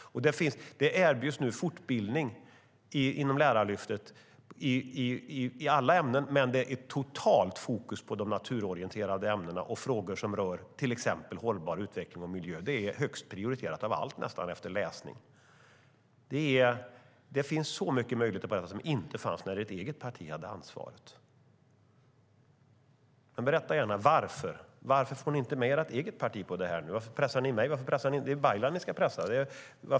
Inom Lärarlyftet erbjuds nu fortbildning i alla ämnen, men det är totalt fokus på de naturorienterande ämnena och frågor som rör till exempel hållbar utveckling och miljö. Det är nästan högst prioriterat av allt, efter läsning. Det finns så många möjligheter inom detta som inte fanns när ert eget parti hade ansvaret. Berätta gärna varför ni inte får med ert eget parti. Varför pressar ni mig? Det är Baylan ni ska pressa.